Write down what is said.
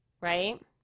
right